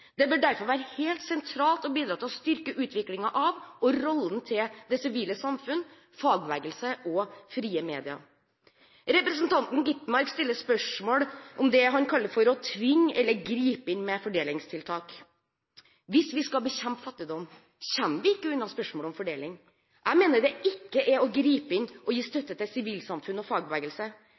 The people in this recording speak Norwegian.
Det bør derfor være helt sentralt å bidra til å styrke utviklingen av og rollen til det sivile samfunn, fagbevegelse og frie medier. Representanten Skovholt Gitmark stiller spørsmål om det han kaller å tvinge, eller gripe inn, med fordelingstiltak. Hvis vi skal bekjempe fattigdom, kommer vi ikke unna spørsmålet om fordeling. Jeg mener det ikke er å gripe inn å gi støtte til sivilsamfunn og fagbevegelse.